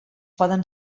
poden